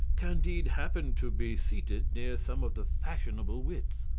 candide happened to be seated near some of the fashionable wits.